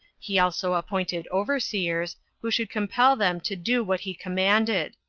he also appointed overseers, who should compel them to do what he commanded.